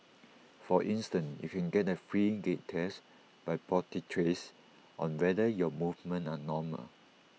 for instance you can get A free gait test by podiatrists on whether your movements are normal